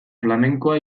flamenkoa